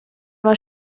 war